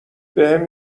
بهم